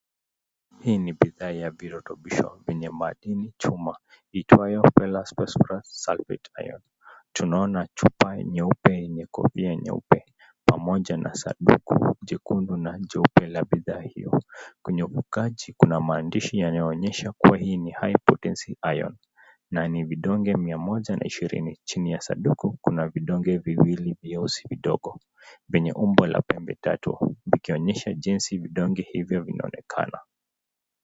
Hii ni bidhaa ya virotofisho yenye madini chuma, iitwayo Ferrous Sulphate Iron . Tunaona chupa nyeupe yenye kofia nyeupe pamoja na sanduku jekundu na jeupe la bidhaa hiyo. Kwenye ufungaji kuna maandishi yanayoonyesha kuwa hii ni High Potency Iron, na ni vidonge mia moja na ishirini. Chini ya sanduku kuna vidonge viwili vyeusi vidogo, yenye umbo la pembe tatu, vikionyesha jinsi vidonge hivyo vinaonekana.